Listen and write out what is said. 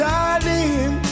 Darling